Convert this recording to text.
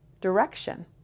direction